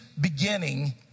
beginning